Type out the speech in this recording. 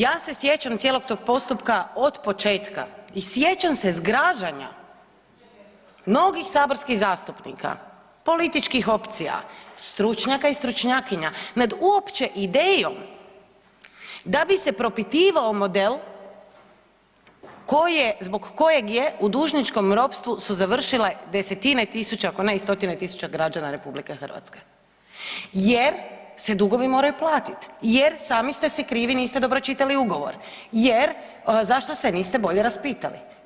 Ja se sjećam cijelog tog postupka od početka i sjećam se zgražanja mnogih saborskih zastupnika, političkih opcija, stručnjaka i stručnjakinja nad uopće idejom da bi se propitivao model koji je, zbog kojeg je u dužničkom ropstvu su završile desetine tisuća ako ne i stotine tisuća građana RH jer se dugovi moraju platit, jer sami ste si krivi niste dobro čitali ugovor, jer zašto se niste bolje raspitali.